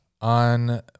on